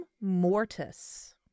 Mortis